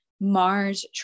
Mars